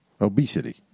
obesity